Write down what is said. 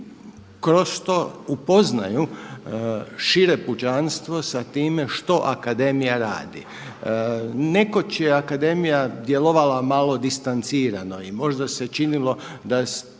kroz to upoznaju šire pučanstvo sa time što Akademija radi. Nekoć je Akademija djelovala malo distancirano i možda se činilo da